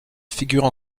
figurent